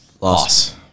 Loss